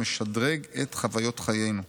המשדרג את חוויות חיינו.